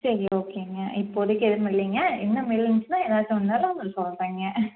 சரி ஓகேங்க இப்போதைக்கி எதுவும் இல்லைங்க இன்னும் இருந்துச்சுன்னால் ஏதாச்சும் ஒன்றுன்னாலும் உங்களுக்கு சொல்கிறேங்க